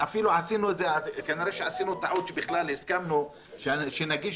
כנראה שעשינו טעות שבכלל הסכמנו להגיש